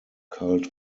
cult